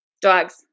Dogs